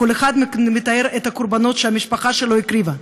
כל אחד מתאר את הקורבנות שהמשפחה שלו הקריבה.